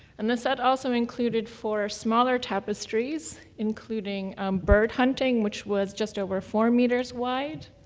and the set also included four smaller tapestries, including um bird hunting, which was just over four meters wide,